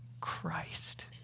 Christ